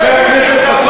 חבר הכנסת חסון,